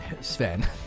Sven